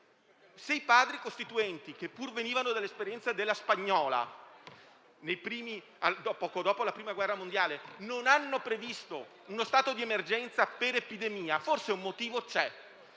Se i Padri costituenti, che pure venivano dell'esperienza della spagnola poco dopo la Prima guerra mondiale, non hanno previsto uno stato di emergenza per epidemia, forse un motivo c'è.